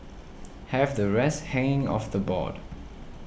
have the rest hanging off the board